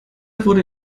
wurde